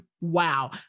Wow